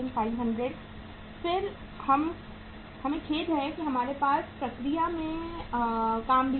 फिर हमें खेद है कि हमारे पास प्रक्रिया में भी काम है